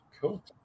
Cool